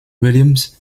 williams